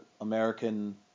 American